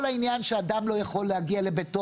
כול העניין שאדם לא יכול להגיע לביתו